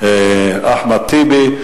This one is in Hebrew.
אחמד טיבי.